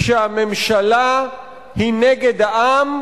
כשהממשלה היא נגד העם,